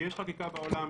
יש חקיקה בעולם.